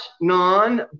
non